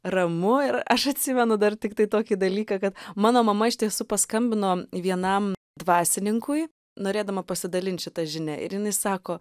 ramu ir aš atsimenu dar tiktai tokį dalyką kad mano mama iš tiesų paskambino vienam dvasininkui norėdama pasidalint šita žinia ir jinai sako